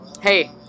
hey